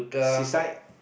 seaside